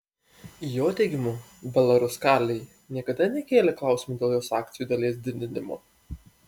jo teigimu belaruskalij niekada nekėlė klausimo dėl jos akcijų dalies didinimo